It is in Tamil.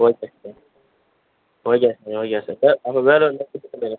okay sir okay sir okay sir வே அப்போ வேற